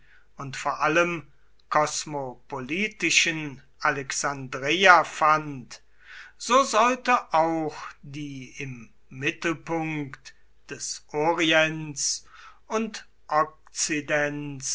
und vor allem kosmopolitischen alexandreia fand so sollte auch die im mittelpunkt des orients und okzidents